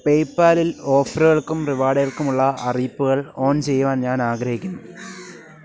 പേയ്പാലിൽ ഓഫറുകൾക്കും റിവാർഡുകൾക്കുമുള്ള അറിയിപ്പുകൾ ഓൺ ചെയ്യുവാൻ ഞാൻ ആഗ്രഹിക്കുന്നു